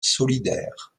solidaire